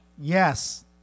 Yes